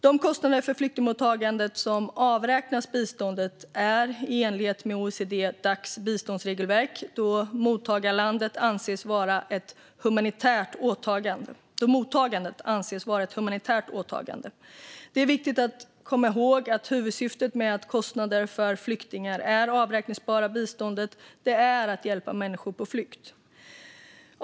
De kostnader för flyktingmottagandet som avräknas från biståndet är i enlighet med OECD-Dac:s biståndsregelverk, då mottagandet anses vara ett humanitärt åtagande. Det är viktigt att komma ihåg att huvudsyftet med att kostnader för flyktingar är avräkningsbara vad gäller biståndet är att hjälpa människor på flykt.